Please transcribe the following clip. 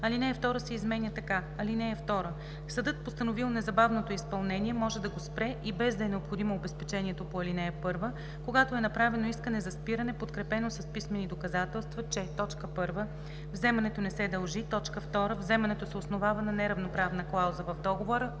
Алинея 2 се изменя така: „(2) Съдът, постановил незабавното изпълнение, може да го спре и без да е необходимо обезпечението по ал. 1, когато е направено искане за спиране, подкрепено с писмени доказателства, че: 1. вземането не се дължи; 2. вземането се основава на неравноправна клауза в договор,